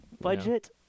budget